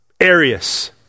Arius